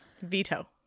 Veto